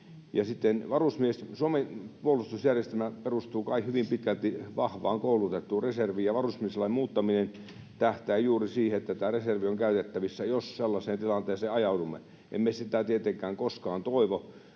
Suomen puolustusjärjestelmä perustuu kai hyvin pitkälti vahvaan koulutettuun reserviin, ja varusmieslain muuttaminen tähtää juuri siihen, että tämä reservi on käytettävissä, jos sellaiseen tilanteeseen ajaudumme. Emme sitä tietenkään koskaan toivo,